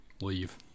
leave